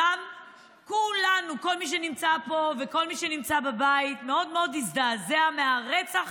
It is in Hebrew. כל מי שנמצא פה וכל מי שנמצא בבית הזדעזע מאוד מהרצח